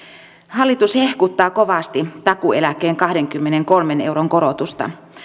hallitus hehkuttaa kovasti takuueläkkeen kahdenkymmenenkolmen euron korotusta